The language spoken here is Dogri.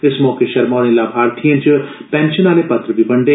इस मौके शर्मा होरें लाभार्थियें च पैंशन आहले पत्र बी बंडे